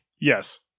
Yes